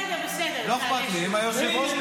בסדר, בסדר, תעלה שוב.